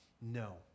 No